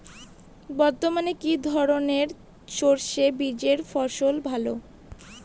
বর্তমানে কি ধরনের সরষে বীজের ফলন ভালো?